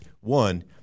one